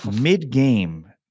mid-game